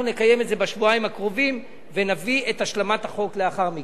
אנחנו נקיים את זה בשבועיים הקרובים ונביא את השלמת החוק לאחר מכן.